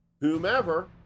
whomever